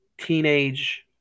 teenage